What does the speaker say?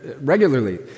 regularly